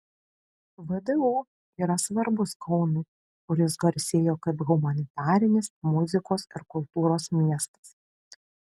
vdu yra svarbus kaunui kuris garsėjo kaip humanitarinis muzikos ir kultūros miestas